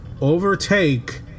overtake